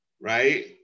right